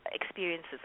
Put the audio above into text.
experiences